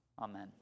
Amen